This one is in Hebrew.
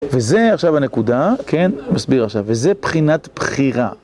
וזה עכשיו הנקודה, כן? מסביר עכשיו, וזה בחינת בחירה.